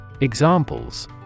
Examples